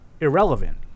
irrelevant